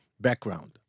background